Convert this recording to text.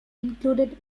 included